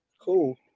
Cool